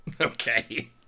okay